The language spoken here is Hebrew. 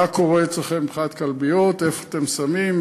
מה קורה אצלכם מבחינת כלביות, איפה אתם שמים?